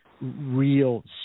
real